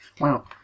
Wow